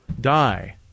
die